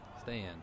Stand